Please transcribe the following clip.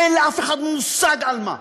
אין לאף אחד מושג על מה,